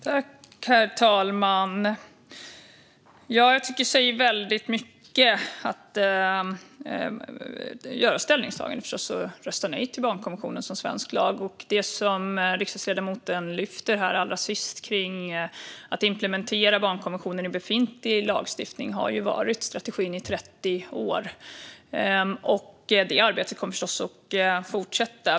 Herr talman! Jag tycker det säger väldigt mycket att man gör ställningstaganden och röstar nej till barnkonventionen som svensk lag. Det som riksdagsledamoten lyfter fram sist här om att implementera barnkonventionen i befintlig lagstiftning har varit strategin i 30 år. Detta arbete kommer förstås att fortsätta.